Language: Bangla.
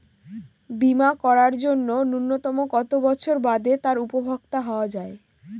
বীমা করার জন্য ন্যুনতম কত বছর বাদে তার উপভোক্তা হওয়া য়ায়?